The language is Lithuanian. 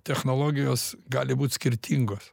technologijos gali būt skirtingos